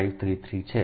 533 છે